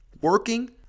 working